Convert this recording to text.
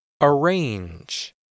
Arrange